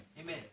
Amen